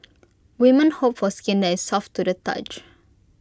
women hope for skin that is soft to the touch